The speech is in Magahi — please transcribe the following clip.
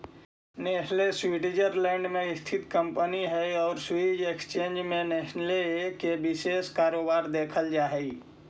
नेस्ले स्वीटजरलैंड में स्थित कंपनी हइ आउ स्विस एक्सचेंज में नेस्ले के विशेष कारोबार देखल जा हइ